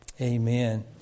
Amen